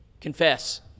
Confess